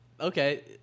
okay